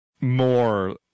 more